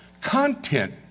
content